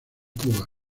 cuba